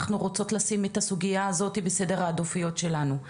אנחנו רוצות לשים את הסוגייה הזאתי בסדר העדיפויות שלנו.